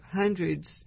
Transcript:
hundreds